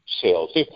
sales